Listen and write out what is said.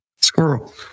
Squirrel